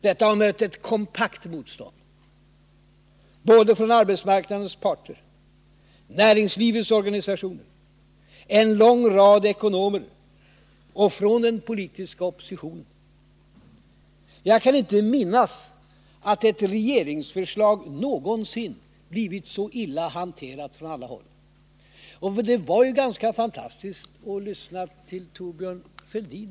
Detta har mött ett kompakt motstånd, såväl från arbetsmark nadens parter, näringslivets organisationer och en lång rad ekonomer som från den politiska oppositionen. Jag kan inte minnas att ett regeringsförslag någonsin blivit så illa angripet från alla håll. Det var också ganska fantastiskt att lyssna till anförandet nyss av Thorbjörn Fälldin.